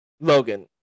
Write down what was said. logan